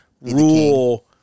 rule